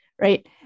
right